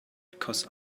because